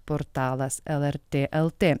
portalas lrt lt